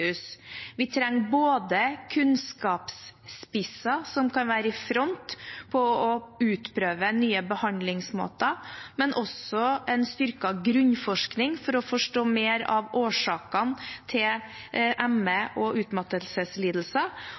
Vi trenger både kunnskapsspisser som kan være i front for å utprøve nye behandlingsmåter, men også en styrket grunnforskning for å forstå mer av årsakene til ME og utmattelseslidelser.